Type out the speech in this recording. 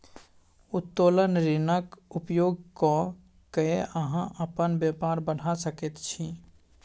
उत्तोलन ऋणक उपयोग क कए अहाँ अपन बेपार बढ़ा सकैत छी